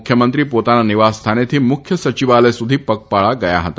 મુખ્યમંત્રી પોતાના નિવાસસ્થાનેથી મુખ્ય સચિવાલય સુધી પગપાળા ગયા હતા